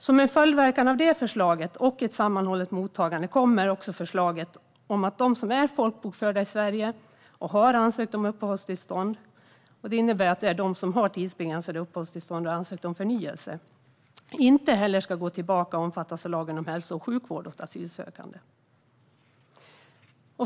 Som en följdverkan av det förslaget och ett sammanhållet mottagande kommer också förslaget om att de som är folkbokförda i Sverige och har ansökt om uppehållstillstånd - det är de som har tidsbegränsade uppehållstillstånd och har ansökt om förnyelse - inte heller ska gå tillbaka och omfattas av lagen om hälso och sjukvård åt asylsökande.